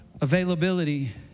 Availability